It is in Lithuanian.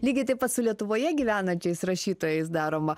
lygiai taip pat su lietuvoje gyvenančiais rašytojais daroma